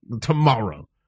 tomorrow